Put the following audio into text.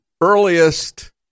earliest